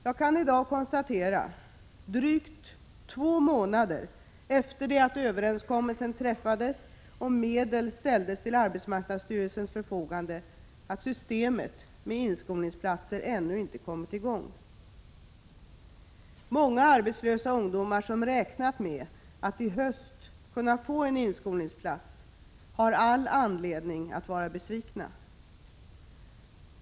Jag kan i dag konstatera, drygt två månader efter det att överenskommelsen träffades och medel ställdes till arbetsmarknadsstyrelsens förfogande, att systemet med inskolningsplatser ännu inte kommit i gång. Många arbetslösa ungdomar som räknat med att i höst kunna få en inskolningsplats har all anledning att vara besvikna.